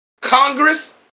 Congress